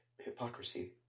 hypocrisy